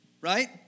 right